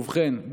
ובכן,